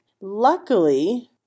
Luckily